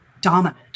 dominant